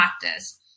practice